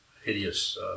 hideous